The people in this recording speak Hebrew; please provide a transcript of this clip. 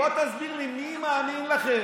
בוא תסביר לי מי מאמין לכם.